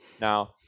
now